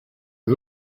and